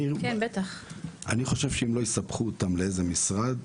אני חושב שאם לא יספחו אותם לאיזה משרד,